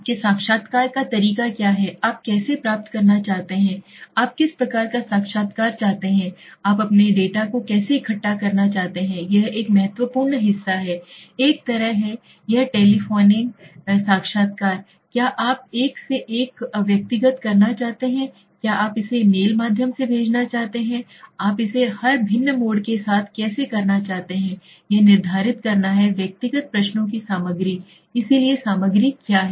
आपके साक्षात्कार का तरीका क्या है आप कैसे प्राप्त करना चाहते हैं आप किस प्रकार का साक्षात्कार चाहते हैं आप अपने डेटा को कैसे इकट्ठा करना चाहते हैं यह एक महत्वपूर्ण हिस्सा है एक तरह है यह टेलिफोनिंग साक्षात्कार क्या आप एक से एक व्यक्तिगत करना चाहते हैं क्या आप इसे मेल माध्यम से भेजना चाहते हैं आप इसे हर भिन्न मोड के साथ कैसे करना चाहते हैं यह निर्धारित करना है व्यक्तिगत प्रश्नों की सामग्री इसलिए सामग्री क्या है